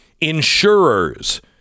Insurers